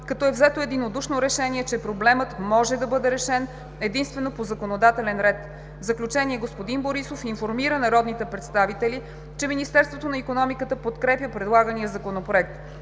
като е взето единодушно решение, че проблемът може да бъде решен единствено по законодателен ред. В заключение господин Борисов информира народните представители, че Министерството на икономиката подкрепя предлагания Законопроект.